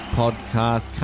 podcast